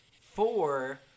Four